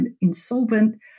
insolvent